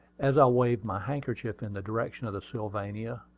as i waved my handkerchief in the direction of the sylvania,